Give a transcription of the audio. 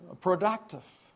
productive